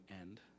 end